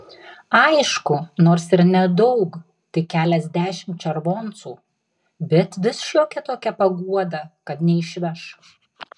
aišku nors ir nedaug tik keliasdešimt červoncų bet vis šiokia tokia paguoda kad neišveš